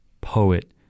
poet